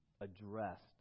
addressed